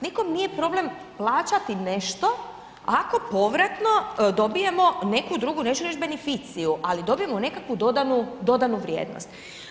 Nikom nije problem plaćati nešto ako povratno dobijemo neku drugu, neću reći beneficiju, ali dobijemo nekakvu dodanu vrijednost.